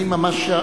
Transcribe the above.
אני ממש,